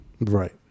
Right